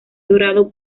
dorado